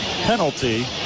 penalty